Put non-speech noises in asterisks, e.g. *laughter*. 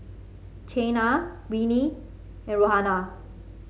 Chynna Winnie and *unintelligible*